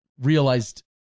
realized